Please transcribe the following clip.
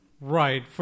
Right